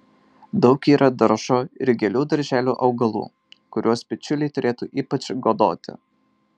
daug yra daržo ir gėlių darželių augalų kuriuos bičiuliai turėtų ypač godoti